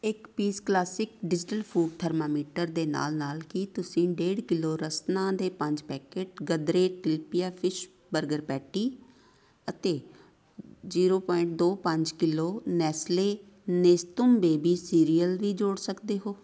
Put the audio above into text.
ਇੱਕ piece classic digital food thermometer ਦੇ ਨਾਲ ਨਾਲ ਕੀ ਤੁਸੀਂ ਡੇਢ ਕਿਲੋ ਰਸਨਾ ਦੇ ਪੰਜ packet Gadre tilapia fish burger patty ਅਤੇ ਜੀਰੋ ਪੁਆਇੰਟ ਦੋ ਪੰਜ kilo Nestle Nestum baby cereal ਵੀ ਜੋੜ ਸਕਦੇ ਹੋ